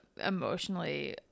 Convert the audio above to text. emotionally